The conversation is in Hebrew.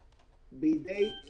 סעיף קטן (ב)(2) יימחק.